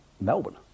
Melbourne